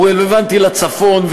הוא רלוונטי לצפון,